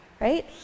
Right